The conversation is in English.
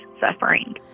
suffering